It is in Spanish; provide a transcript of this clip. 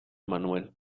manuel